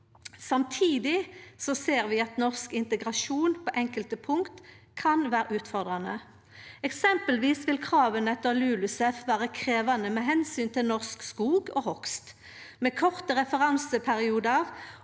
Samtidig ser vi at norsk integrasjon på enkelte punkt kan vere utfordrande. Eksempelvis vil krava til LULUCF vere krevjande med omsyn til norsk skog og hogst. Med korte referanseperiodar